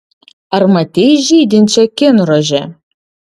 ar matei žydinčią kinrožę